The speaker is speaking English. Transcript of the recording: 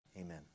Amen